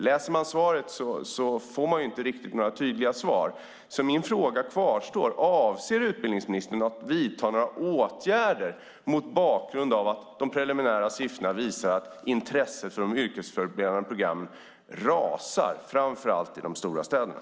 Läser man svaret är det inte riktigt tydligt. Min fråga kvarstår alltså: Avser utbildningsministern att vidta några åtgärder mot bakgrund av att de preliminära siffrorna visar att intresset för de yrkesförberedande programmen rasar, framför allt i de stora städerna?